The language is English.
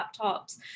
laptops